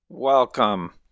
Welcome